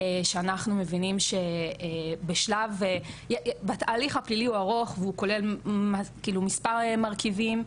כשאנחנו מבינים שההליך הפלילי הוא ארוך והוא כולל מספר מרכיבים,